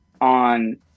on